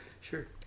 Sure